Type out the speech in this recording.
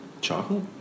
chocolate